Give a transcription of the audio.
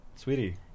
Sweetie